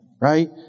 right